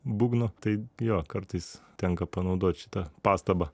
būgnų tai jog kartais tenka panaudot šitą pastabą